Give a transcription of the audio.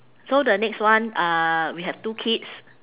so the next one uh we have two kids